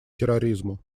терроризму